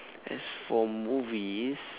as for movies